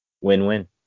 win-win